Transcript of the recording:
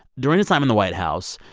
during his time in the white house,